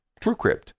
TrueCrypt